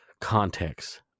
context